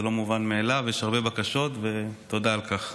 זה לא מובן מאליו, יש הרבה בקשות, ותודה על כך.